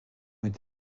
est